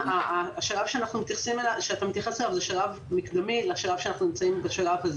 השלב שאתה מתייחס אליו הוא שלב מקדמי לשלב שאנחנו נמצאים בו.